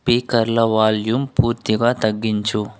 స్పీకర్ల volume పూర్తిగా తగ్గించు